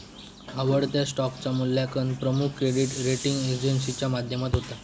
आवडत्या स्टॉकचा मुल्यांकन प्रमुख क्रेडीट रेटींग एजेंसीच्या माध्यमातना होता